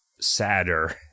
sadder